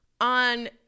on